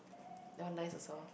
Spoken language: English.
that one nice also